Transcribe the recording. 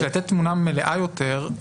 לתת תמונה מלאה יותר,